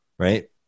Right